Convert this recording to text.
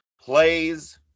plays